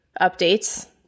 updates